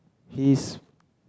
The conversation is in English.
his